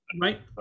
Right